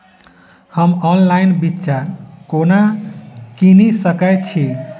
हम ऑनलाइन बिच्चा कोना किनि सके छी?